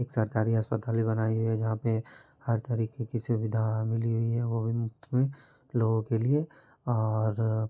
एक सरकारी अस्पताल भी बनाई हुई है जहाँ पे हर तरीके की सुविधा मिली हुई है वो भी मुफ़्त में लोगों के लिए और